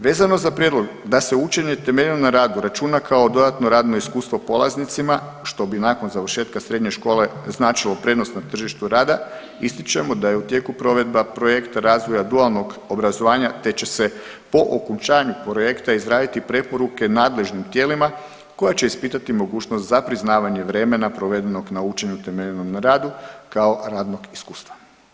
Vezano za prijedlog da se učenje temeljeno na radu računa kao dodatno radno iskustvo polaznicima što bi nakon završetka srednje škole značilo prednost na tržištu rada ističemo da je u tijeku provedba projekta razvoja dualnog obrazovanja te će se po okončanju projekta izraditi preporuke nadležnim tijelima koja će ispitati mogućnost za priznavanje vremena provedenog na učenje temeljeno na radu kao radnog iskustva.